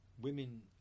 Women